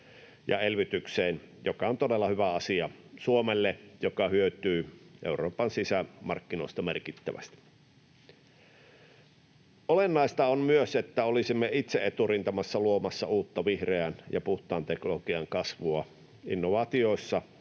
ja elvytykseen. Se on todella hyvä asia Suomelle, joka hyötyy Euroopan sisämarkkinoista merkittävästi. Olennaista on myös, että olisimme itse eturintamassa luomassa uutta vihreän ja puhtaan teknologian kasvua innovaatioissa